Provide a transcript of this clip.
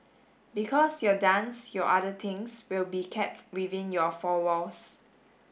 because your dance your other things will be kept within your four walls